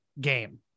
game